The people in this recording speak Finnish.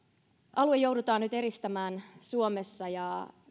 alue joudutaan nyt eristämään suomessa